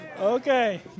Okay